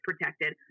protected